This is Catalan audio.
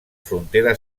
frontera